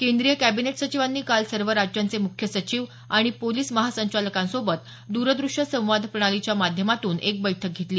केंद्रीय कॅबिनेट सचिवांनी काल सर्व राज्यांचे मुख्य सचिव आणि पोलिस महासंचालकांसोबत द्रदृष्य संवाद प्रणालीच्या माध्यमातून एक बैठक घेतली